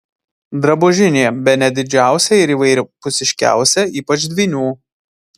drabužinė bene didžiausia ir įvairiapusiškiausia ypač dvynių